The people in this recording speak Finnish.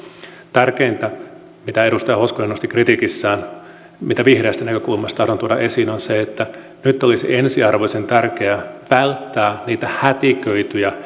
tärkeintä mitä edustaja hoskonen nosti kritiikissään mitä vihreästä näkökulmasta tahdon tuoda esiin on se että nyt olisi ensiarvoisen tärkeää välttää niitä hätiköityjä